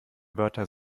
wörter